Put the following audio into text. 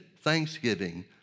thanksgiving